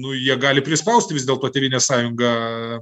nu jie gali prispaust vis dėlto tėvynės sąjungą